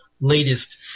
latest